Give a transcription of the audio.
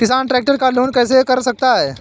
किसान ट्रैक्टर का लोन कैसे करा सकता है?